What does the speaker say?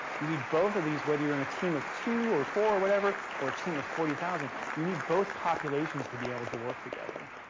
you need both of these whether you're on a team of two or four or whatever, or a team of forty thousand you need both populations to be able to work together.